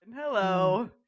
hello